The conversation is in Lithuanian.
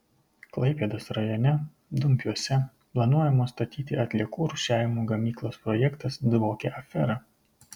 klaipėdos rajone dumpiuose planuojamos statyti atliekų rūšiavimo gamyklos projektas dvokia afera